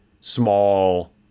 small